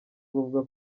buvuga